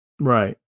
Right